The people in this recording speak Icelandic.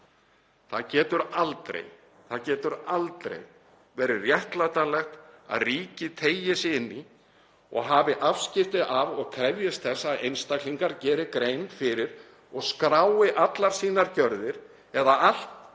Það getur aldrei verið réttlætanlegt að ríkið teygi sig inn í og hafi afskipti af og krefjast þess að einstaklingar geri grein fyrir og skrái allar sínar gjörðir eða allt